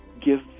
Give